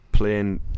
Playing